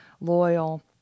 loyal